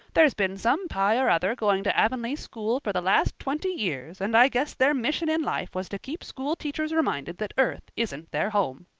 there's been some pye or other going to avonlea school for the last twenty years, and i guess their mission in life was to keep school teachers reminded that earth isn't their home.